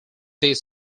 this